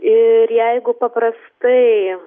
ir jeigu paprastai